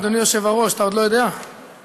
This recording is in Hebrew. (ביטול עסקת מכר מרחוק למתן שירותי תיירות מחוץ לישראל),